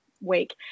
week